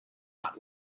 not